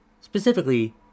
Specifically